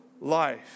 life